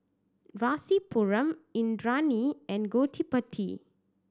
Rasipuram Indranee and Gottipati